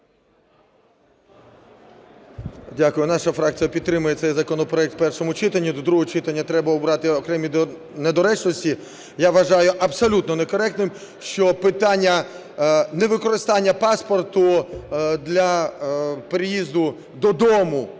Дякую. Наша фракція підтримує цей законопроект в першому читанні. До другого читання треба убрати окремі недоречності. Я вважаю абсолютно некоректним, що питання невикористання паспорта для переїзду додому,